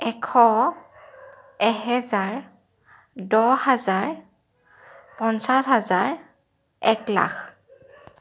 এশ এহেজাৰ দহ হাজাৰ পঞ্চাছ হেজাৰ এক লাখ